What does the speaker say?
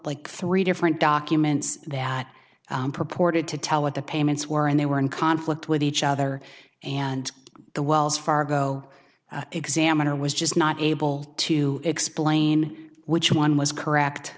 like three different documents that purported to tell what the payments were and they were in conflict with each other and the wells fargo examiner was just not able to explain which one was correct